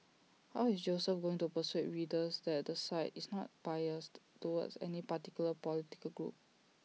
how is Joseph going to persuade readers that the site is not biased towards any particular political group